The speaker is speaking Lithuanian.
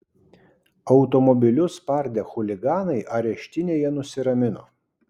automobilius spardę chuliganai areštinėje nusiramino